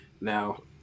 Now